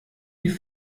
die